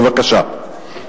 בבקשה.